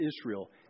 Israel